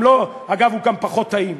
אגב, הוא גם פחות טעים.